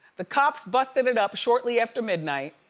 the cops busted it up shortly after midnight.